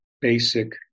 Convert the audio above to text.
basic